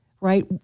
right